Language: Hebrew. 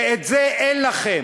ואת זה אין לכם.